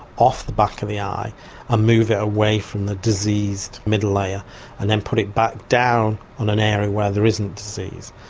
off the back of the eye and ah move it away from the diseased middle layer and then put it back down in an area where there isn't disease.